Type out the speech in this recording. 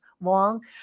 long